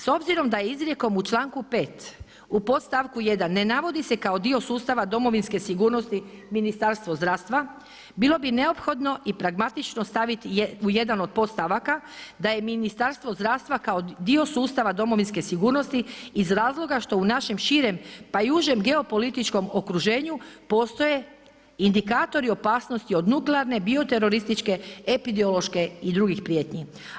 S obzirom da je izrijekom u članku 5. u podstavku 1. ne navodi se kao dio sustava domovinske sigurnosti Ministarstvo zdravstva bilo bi neophodno i pragmatično staviti u jedan od podstavaka da je Ministarstvo zdravstva kao dio sustava domovinske sigurnosti iz razloga što u našem širem, pa i užem geopolitičkom okruženju postoje indikatori opasnosti od nuklearne, bioterorističke, epidemiološke i drugih prijetnji.